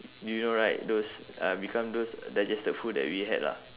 you know right those uh become those digested food that we had lah